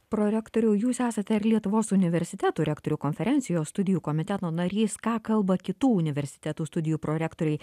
prorektoriau jūs esate ir lietuvos universitetų rektorių konferencijos studijų komiteto narys ką kalba kitų universitetų studijų prorektoriai